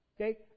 Okay